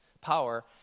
Power